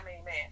amen